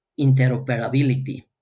interoperability